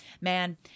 man